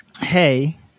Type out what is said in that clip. hey